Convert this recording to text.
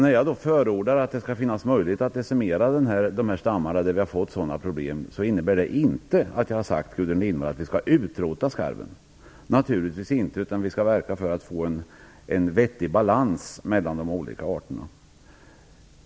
När jag förordar att det skall finnas möjlighet att decimera stammarna där vi har fått sådana problem innebär det inte att jag har sagt att vi skall utrota skarven, Gudrun Lindvall. Det skall vi naturligtvis inte göra, utan vi skall verka för att få en vettig balans mellan de olika arterna.